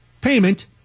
payment